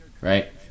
Right